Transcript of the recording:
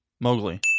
Mowgli